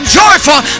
joyful